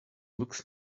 looks